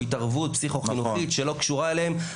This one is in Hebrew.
התערבות פסיכו-חינוכית שלא קשורה אליהם,